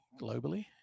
globally